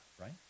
right